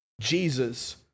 Jesus